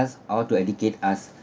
or to educate us